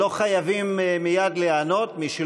לא חייבים להיענות מייד,